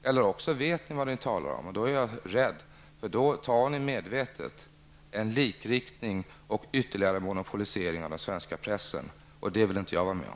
Eller också vet ni vad ni talar om, och då är jag rädd, för då tar ni medvetet en likriktning och en ytterligare monopolisering av den svenska pressen. Det vill jag inte vara med om.